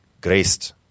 graced